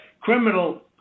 criminal